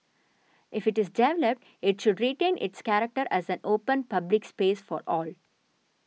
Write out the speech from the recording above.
if it is developed it should retain its character as an open public space for all